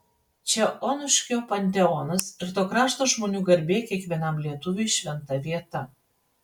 čia onuškio panteonas ir to krašto žmonių garbė kiekvienam lietuviui šventa vieta